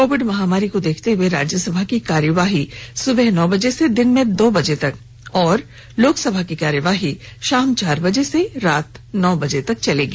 Covid महामारी को देखते हुए राज्यसभा की कार्यवाही सुबह नौ बजे से दिन में दो बजे तक और लोकसभा की कार्यवाही शाम चार बजे से रात्रि नौ बजे तक चलेगी